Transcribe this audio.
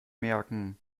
merken